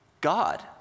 God